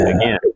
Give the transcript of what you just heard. again